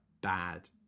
bad